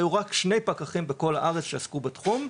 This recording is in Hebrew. היו רק שני פקחים בכל הארץ שעסקו בתחום.